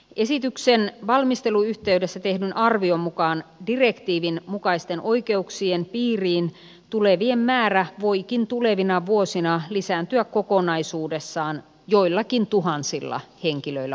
esityksen valmistelun yhteydessä tehdyn arvion mukaan direktiivin mukaisten oikeuksien piiriin tulevien määrä voikin tulevina vuosina lisääntyä kokonaisuudessaan joillakin tuhansilla henkilöillä vuosittain